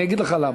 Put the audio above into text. אני אגיד לך למה.